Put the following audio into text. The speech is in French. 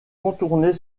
contourner